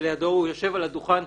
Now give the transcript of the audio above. הוא יושב על הדוכן,